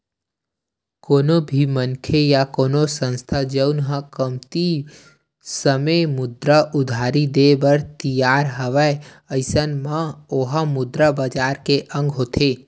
कोनो भी मनखे या कोनो संस्था जउन ह कमती समे मुद्रा उधारी देय बर तियार हवय अइसन म ओहा मुद्रा बजार के अंग होथे